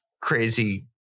crazy